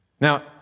Now